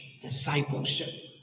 discipleship